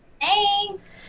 Thanks